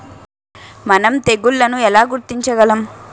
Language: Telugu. మనం తెగుళ్లను ఎలా గుర్తించగలం?